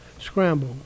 Scramble